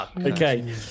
okay